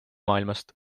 maailmast